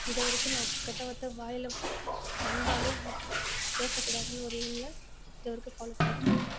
இதை வரைக்கும் நான் கெட்ட வார்த்தை வாயில் வந்தாலும் நான் பேச கூடாதுன்னு ஒரு எயிமில் இது வரைக்கும் ஃபாலோ பண்ணிட்டுயிருக்கேன்